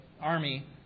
Army